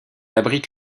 abrite